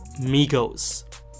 Migos